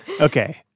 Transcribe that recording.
Okay